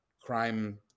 crime